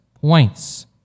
points